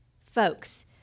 folks